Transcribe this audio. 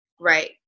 Right